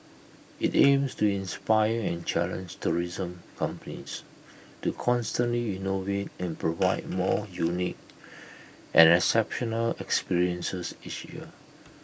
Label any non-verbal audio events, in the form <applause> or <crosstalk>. IT aims to inspire and challenge tourism companies to constantly innovate and provide more unique and <noise> exceptional experiences each year